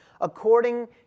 According